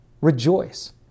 Rejoice